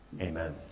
Amen